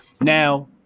now